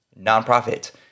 nonprofit